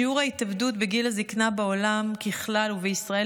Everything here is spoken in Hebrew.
שיעור ההתאבדויות בגיל הזקנה בעולם בכלל ובישראל